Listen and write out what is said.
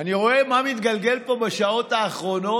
אני רואה מה מתגלגל פה בשעות האחרונות